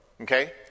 okay